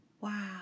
Wow